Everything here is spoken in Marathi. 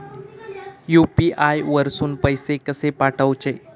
यू.पी.आय वरसून पैसे कसे पाठवचे?